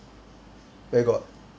where got